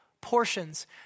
portions